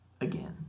again